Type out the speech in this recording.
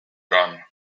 gun